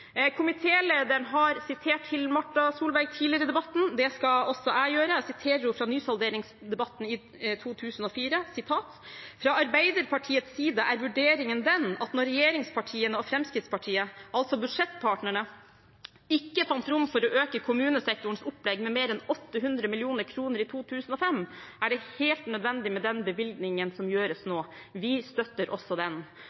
har sitert Hill-Marta Solberg tidligere i debatten – det skal også jeg gjøre. Jeg siterer henne fra nysalderingsdebatten i 2004: «Fra Arbeiderpartiets side er vurderingen den at når regjeringspartiene og Fremskrittspartiet – altså budsjettpartnerne – ikke fant rom for å øke kommunesektorens opplegg med mer enn 800 mill. kr i 2005, er det helt nødvendig med den bevilgningen som gjøres